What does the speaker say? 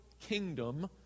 kingdom